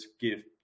give